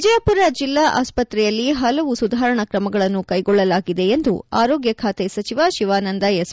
ವಿಜಯಪುರ ಜಿಲ್ಲಾ ಆಸ್ಪತ್ರೆಯಲ್ಲಿ ಹಲವು ಸುಧಾರಣಾ ಕ್ರಮಗಳನ್ನು ಕೈಗೊಳ್ಳಲಾಗಿದೆ ಎಂದು ಆರೋಗ್ಯ ಖಾತೆ ಸಚಿವ ಶಿವಾನಂದ ಎಸ್